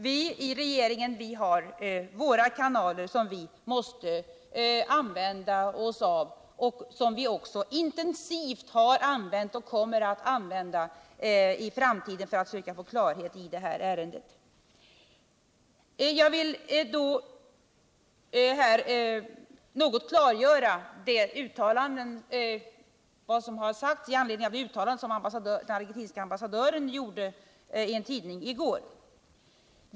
Vi i regeringen har våra kanaler som vi måste använda oss av och som vi också intensivt har använt och kommer att använda i framtiden för att söka få klarhet i det här ärendet. Jag vill så något klargöra vad som har sagts i anledning av de uttalanden argentinska ambassadören gjorde i en tidning i går.